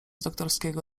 doktorskiego